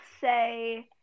say